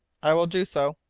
i will do so.